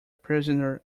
prisoner